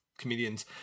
Comedians